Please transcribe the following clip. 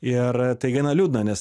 ir tai gana liūdna nes